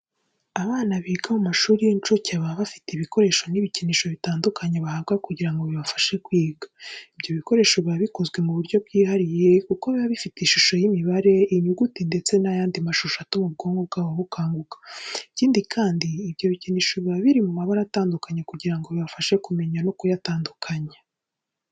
Abana biga mu mashuri y'incuke baba bafite ibikoresho n'ibikinisho bitandukanye bahabwa kugira ngo bibafashe kwiga. Ibyo bikoresho biba bikozwe mu buryo bwihariye kuko biba bifite ishusho y'imibare, inyuguti ndetse n'ayandi mashusho atuma ubwonko bwabo bukanguka. Ikindi kandi, ibyo bikinisho biba biri mu mabara atandukanye kugira ngo bibafashe kuyamenya no kuyatandukanya.